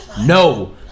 No